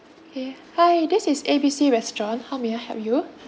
okay hi this is A B C restaurant how may I help you